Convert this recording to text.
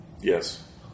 Yes